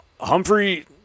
Humphrey